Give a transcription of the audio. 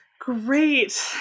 Great